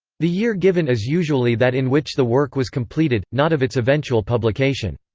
the year given is usually that in which the work was completed, not of its eventual publication.